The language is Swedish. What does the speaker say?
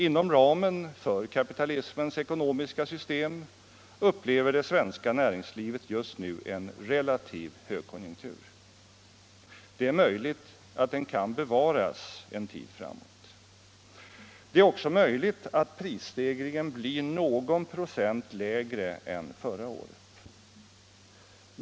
Inom ramen för kapitalismens ekonomiska system upplever det svenska näringslivet just nu en relativ högkonjunktur. Det är möjligt att den kan bevaras en tid framåt. Det är också möjligt att prisstegringen blir någon procent lägre än förra året.